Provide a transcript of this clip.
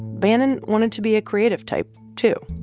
bannon wanted to be a creative type, too.